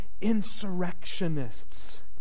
insurrectionists